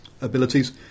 abilities